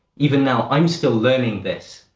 even now, i'm still learning this.